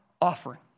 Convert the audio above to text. offering